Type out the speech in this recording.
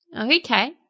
okay